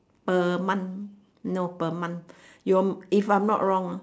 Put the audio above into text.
per month no per month your if I am not wrong ah